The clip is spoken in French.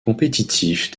compétitif